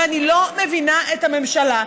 ואני לא מבינה את הממשלה,